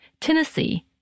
Tennessee